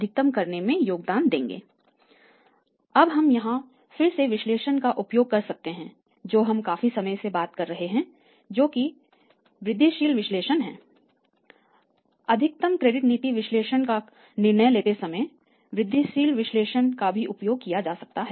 अधिकतम क्रेडिट नीति विश्लेषण का निर्णय लेते समय वृद्धिशील विश्लेषण का भी उपयोग किया जा सकता है